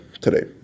today